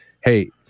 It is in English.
hey